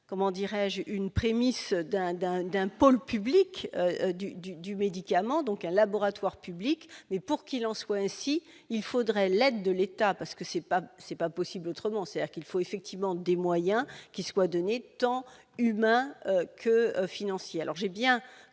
comment dirais-je une prémisse d'un d'un d'un pôle public du du du médicament donc un laboratoire public mais pour qu'il en soit ainsi, il faudrait l'aide de l'État, parce que c'est pas, c'est pas possible autrement, c'est-à-dire qu'il faut effectivement des moyens qui soient donnés tant humains que financiers, alors j'ai bien